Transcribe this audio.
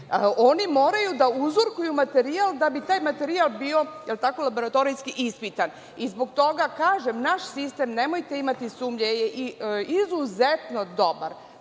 Oni moraju da uzorkuju materijal da bi taj materijal bio, jel tako, laboratorijski ispitan. Zbog toga kažem, naš sistem, nemojte imati sumnje, je izuzetno dobar.